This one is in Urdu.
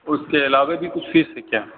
اس کے علاوہ بھی کچھ فیس ہے کیا